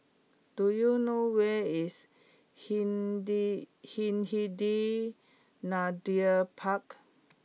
do you know where is Hindi Hindhede Park